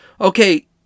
okay